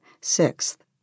Sixth